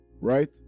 Right